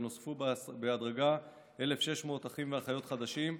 ונוספו בהדרגה 1,600 אחים ואחיות חדשים,